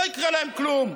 לא יקרה להם כלום.